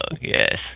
Yes